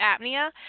apnea